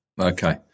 Okay